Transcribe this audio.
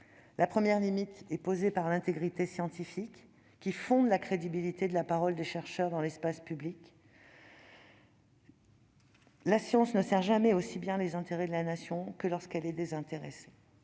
La première limite est posée par l'intégrité scientifique, qui fonde la crédibilité de la parole des chercheurs dans l'espace public. La science ne sert jamais aussi bien les intérêts de la Nation que lorsqu'elle est désintéressée.